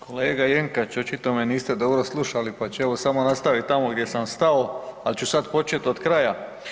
Kolega Jenkač, očito me niste dobro slušali pa ću evo samo nastavit tamo gdje sam stao ali ću sad počet od kraja.